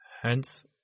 Hence